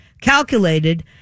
Calculated